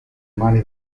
mani